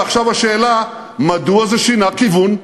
ועכשיו השאלה מדוע זה שינה כיוון.